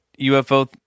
UFO